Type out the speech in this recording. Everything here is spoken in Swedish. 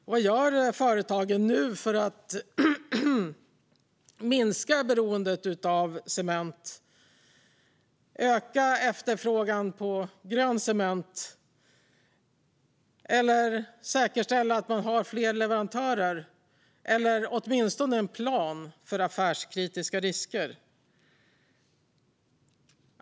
Och vad gör företagen nu för att minska beroendet av cement, öka efterfrågan på grön cement och säkerställa att man har fler leverantörer eller åtminstone en plan för affärskritiska risker?